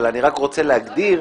אני רק רוצה להגדיר,